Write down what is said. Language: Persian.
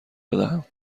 بدهم